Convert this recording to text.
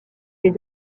les